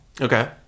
Okay